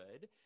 good